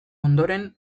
ondoren